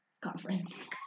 conference